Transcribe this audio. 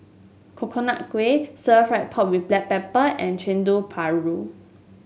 Coconut Kuih stir fry pork with Black Pepper and chendeng paru ru